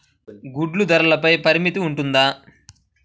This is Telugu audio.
గుడ్లు ధరల పై పరిమితి ఉంటుందా?